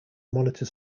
monitor